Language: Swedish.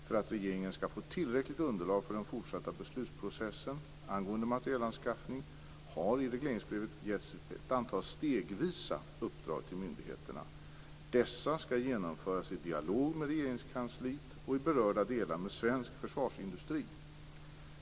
För att regeringen skall få tillräckligt underlag för den fortsatta beslutsprocessen angående materielanskaffning har i regleringsbrevet getts ett antal stegvisa uppdrag till myndigheterna. Dessa skall genomföras i dialog med Regeringskansliet och i berörda delar med svensk försvarsindustri.